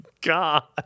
god